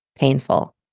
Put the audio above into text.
Painful